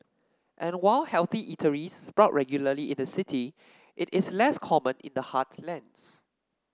and while healthy eateries sprout regularly in the city it is less common in the heartlands